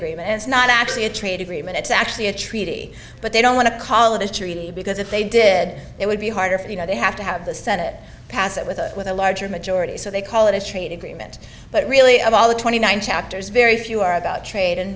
agreement as not actually a trade agreement it's actually a treaty but they don't want to call it a treaty because if they did it would be harder for you know they have to have the senate pass it with a with a larger majority so they call it a trade agreement but really of all the twenty nine chapters very few are about trade and